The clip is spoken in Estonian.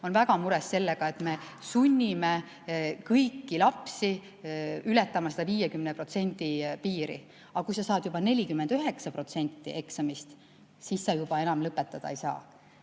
on väga mures selle pärast, et me sunnime kõiki lapsi ületama seda 50% piiri. Aga kui sa saad näiteks 49% eksamist, siis sa enam lõpetada ei saa.